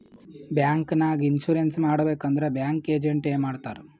bank ನಾಗ್ insurance ಮಾಡಬೇಕ್ ಅಂದುರ್ ಬ್ಯಾಂಕ್ ಏಜೆಂಟ್ ಎ ಮಾಡ್ತಾರ್